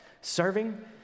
serving